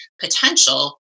potential